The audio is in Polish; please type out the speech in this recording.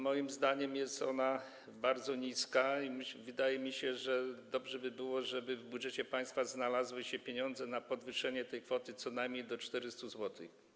Moim zdaniem jest ona bardzo niska i wydaje mi się, że dobrze by było, żeby w budżecie państwa znalazły się pieniądze na podwyższenie jej do co najmniej 400 zł.